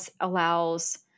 allows